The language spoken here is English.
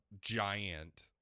giant